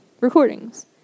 recordings